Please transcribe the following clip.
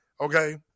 okay